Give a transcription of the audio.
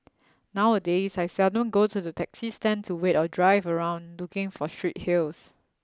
nowadays I seldom go to the taxi stand to wait or drive around looking for street hails